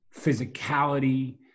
physicality